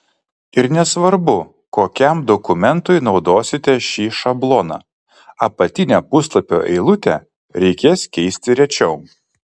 ir nesvarbu kokiam dokumentui naudosite šį šabloną apatinę puslapio eilutę reikės keisti rečiau